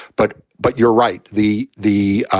but but you're right. the the.